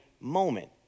moment